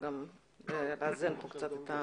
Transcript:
בבקשה.